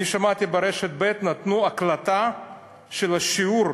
שמעתי ברשת ב' נתנו הקלטה של השיעור,